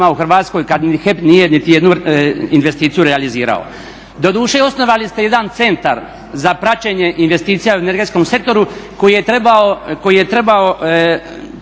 u Hrvatskoj kad ni HEP nije niti jednu investiciju realizirao? Doduše, osnovali ste jedan Centar za praćenje investicija u energetskom sektoru koji je trebao